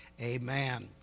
amen